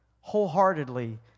wholeheartedly